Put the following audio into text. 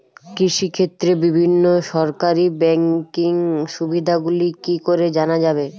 কৃষিক্ষেত্রে বিভিন্ন সরকারি ব্যকিং সুবিধাগুলি কি করে জানা যাবে?